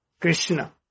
Krishna